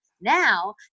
Now